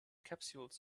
capsules